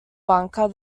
bunker